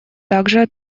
также